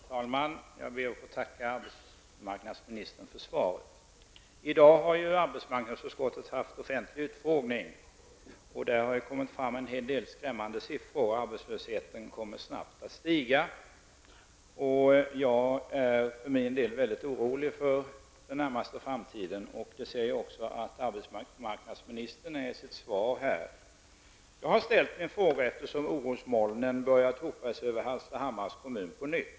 Herr talman! Jag ber att få tacka arbetsmarknadsministern för svaret. I dag har arbetsmarknadsutskottet haft en offentlig utfrågning. Där har det kommit fram en hel del skrämmande siffror. Arbetslösheten kommer att stiga snabbt. Jag för min del är väldigt orolig för den närmaste framtiden. Det är också arbetsmarknadsministern enligt sitt svar. Jag har ställt min fråga eftersom orosmolnen börjar hopa sig över Hallstahammars kommun på nytt.